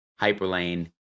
Hyperlane